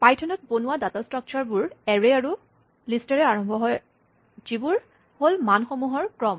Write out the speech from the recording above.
পাইথনত বনোৱা data structures বোৰ array আৰু লিষ্ট ৰে আৰম্ভ হয় যিবোৰ হ'ল মানসমূহৰ ক্ৰম